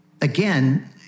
again